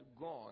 God